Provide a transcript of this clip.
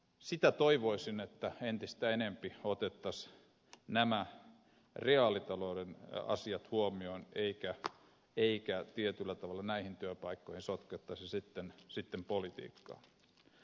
sitä toivoisin että entistä enemmän otettaisiin nämä reaalitalouden asiat huomioon eikä tietyllä tavalla näihin työpaikkoihin sotkettaisi sitten politiikkaa